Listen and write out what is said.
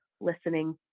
listening